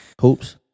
Hoops